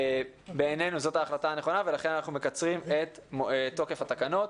בעינינו זו ההחלטה הנכונה ולכן אנחנו מקצרים את תוקף התקנות.